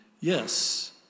yes